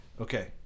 okay